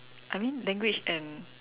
I mean language and